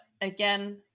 again